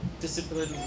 discipline